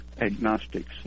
agnostics